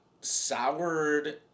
soured